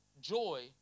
joy